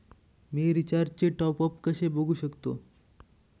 मी रिचार्जचे टॉपअप कसे बघू शकतो?